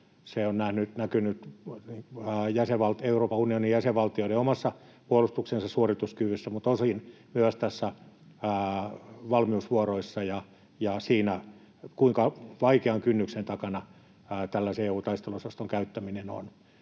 Se on nyt näkynyt Euroopan unionin jäsenvaltioiden omassa puolustuksellisessa suorituskyvyssä mutta osin myös näissä valmiusvuoroissa ja siinä, kuinka vaikean kynnyksen takana tällaisen EU:n taisteluosaston käyttäminen on.